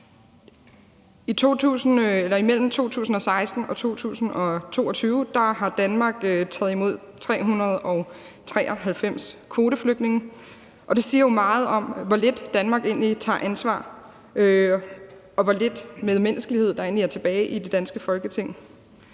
Imellem 2016 og 2022 har Danmark taget imod 393 kvoteflygtninge, og det siger jo meget om, hvor lidt Danmark egentlig tager ansvar, og hvor lidt medmenneskelighed der egentlig er tilbage i det danske Folketing.